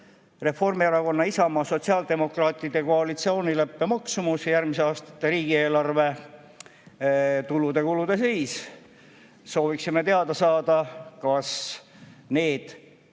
Reformierakonna, Isamaa ja sotsiaaldemokraatide koalitsioonileppe maksumus ning järgmiste aastate riigieelarve tulude-kulude seis. Sooviksime teada saada, kas need väga